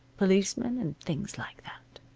policemen, and things like that.